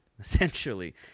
essentially